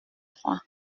trois